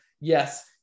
Yes